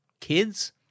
kids